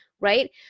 right